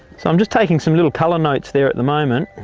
so i'm just taking some little colour notes there at the moment.